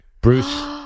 Bruce